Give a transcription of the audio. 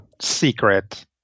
secret